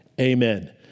Amen